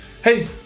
Hey